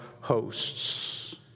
hosts